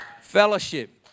Fellowship